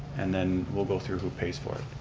and then we'll go through who pays for it.